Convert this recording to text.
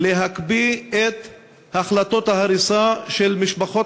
היא להקפיא את החלטות ההריסה של בתי משפחות